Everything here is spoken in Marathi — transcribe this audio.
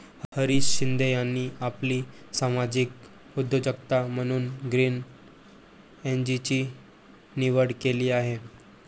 हरीश शिंदे यांनी आपली सामाजिक उद्योजकता म्हणून ग्रीन एनर्जीची निवड केली आहे